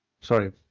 Sorry